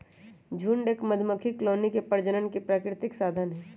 झुंड एक मधुमक्खी कॉलोनी के प्रजनन के प्राकृतिक साधन हई